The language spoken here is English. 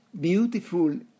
beautiful